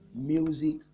music